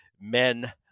men